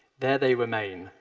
there they remain,